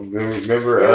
Remember